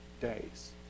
days